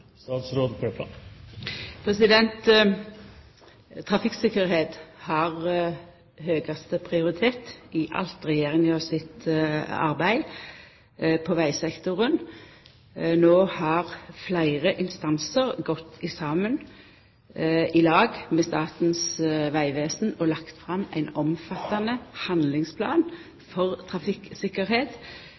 har høgaste prioritet i alt Regjeringa sitt arbeid på vegsektoren. No har fleire instansar gått i lag med Statens vegvesen og lagt fram ein omfattande handlingsplan for